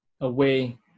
away